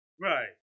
Right